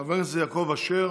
חבר הכנסת יעקב אשר,